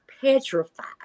petrified